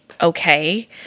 okay